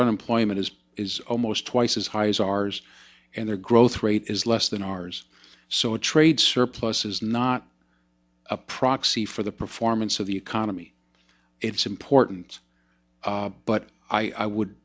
unemployment is is almost twice as high as ours and their growth rate is less than ours so a trade surplus is not a proxy for the performance of the economy it's important but i would